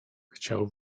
chciał